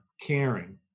caring